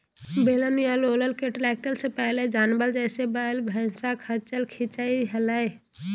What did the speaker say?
बेलन या रोलर के ट्रैक्टर से पहले जानवर, जैसे वैल, भैंसा, खच्चर खीचई हलई